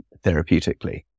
therapeutically